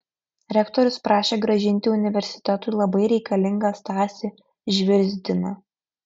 rektorius prašė grąžinti universitetui labai reikalingą stasį žvirzdiną